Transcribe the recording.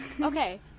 Okay